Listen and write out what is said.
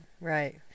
right